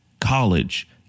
college